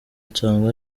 nsanga